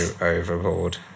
overboard